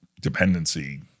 dependency